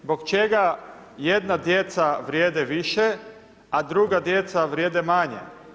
Zbog čega jedna djeca vrijede više a druga djeca vrijede manje?